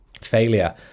failure